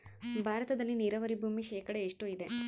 ಭಾರತದಲ್ಲಿ ನೇರಾವರಿ ಭೂಮಿ ಶೇಕಡ ಎಷ್ಟು ಇದೆ?